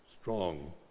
strong